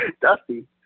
Dusty